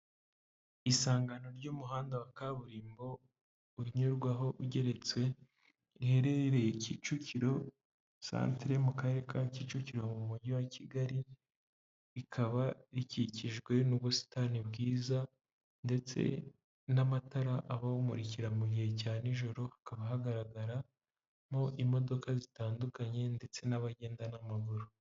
Isangano ry'umuhanda wa kaburimbo unyurwaho ugeretswe, riherereye Kicukiro santire mu karere ka Kicukiro mu mujyi wa Kigali, rikaba rikikijwe n'ubusitani bwiza ndetse n'amatara aba awumurikira mu gihe cya nijoro. Hakaba hagaragaramo imodoka zitandukanye ndetse n'abagenda n'amaguru.